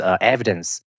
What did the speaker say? evidence